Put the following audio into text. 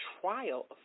trial